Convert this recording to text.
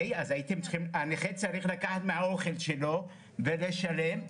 הנכה צריך לקחת מהאוכל שלו ולשלם.